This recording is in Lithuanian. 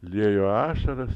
liejo ašaras